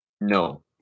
no